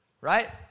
right